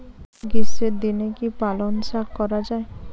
গ্রীষ্মের দিনে কি পালন শাখ করা য়ায়?